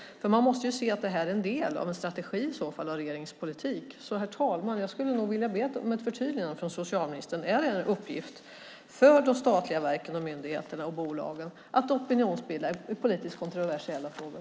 Man måste i så fall se att detta är en del av en strategi i regeringens politik. Herr talman! Jag skulle nog vilja be om ett förtydligande från socialministern. Är det en uppgift för de statliga verken, myndigheterna och bolagen att opinionsbilda i politiskt kontroversiella frågor?